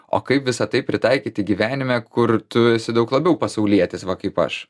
o kaip visa tai pritaikyti gyvenime kur tu esi daug labiau pasaulietis va kaip aš